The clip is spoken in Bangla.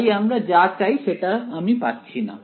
তাই আমরা যা চাই সেটা আমি পাচ্ছি না